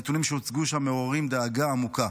הנתונים שהוצגו שם מעוררים דאגה עמוקה: